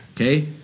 Okay